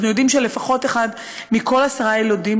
אנחנו יודעים שלפחות אחד מכל עשרה יילודים